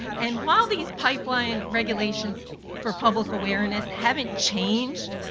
and while these pipeline regulations for public awareness haven't changed,